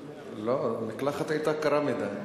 לא, המקלחת היתה קרה מדי.